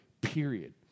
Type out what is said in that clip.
period